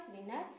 winner